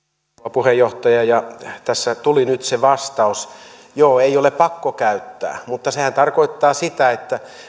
puheenjohtaja tässä tuli nyt se vastaus joo ei ole pakko käyttää mutta sehän tarkoittaa sitä että